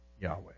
Yahweh